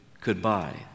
goodbye